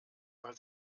weil